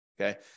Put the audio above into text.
Okay